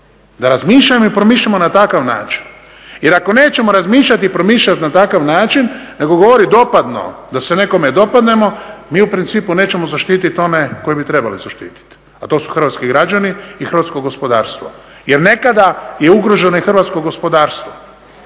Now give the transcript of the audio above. da razmišljamo i promišljamo na takav način. Jer ako nećemo razmišljati i promišljati na takav način nego govoriti dopadno da se nekome dopadnemo mi u principu nećemo zaštititi one koje bi trebali zaštititi, a to su hrvatski građani i hrvatsko gospodarstvo jer nekada je ugroženo i hrvatsko gospodarstvo.